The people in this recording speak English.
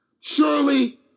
Surely